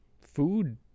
food